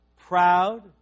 proud